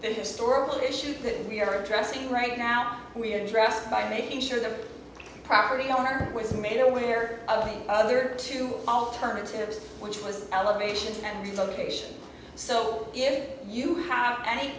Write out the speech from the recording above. the historical issues that we are addressing right now we addressed by making sure the property owner was made aware of the other two alternatives which was elevation and location so if you have any